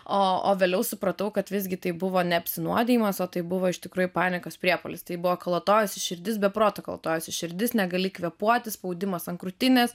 o o vėliau supratau kad visgi tai buvo ne apsinuodijimas o tai buvo iš tikrųjų panikos priepuolis tai buvo kalatojosi širdis be proto kalatojosi širdis negali kvėpuoti spaudimas ant krūtinės